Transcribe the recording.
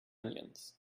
onions